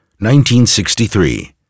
1963